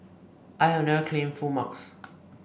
I have never claimed full marks